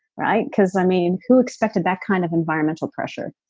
right because i mean who expected that kind of environmental pressure?